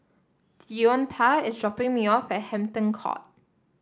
Deonta is dropping me off at Hampton Court